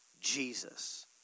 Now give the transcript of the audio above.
Jesus